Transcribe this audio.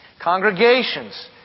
Congregations